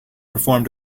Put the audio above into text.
performed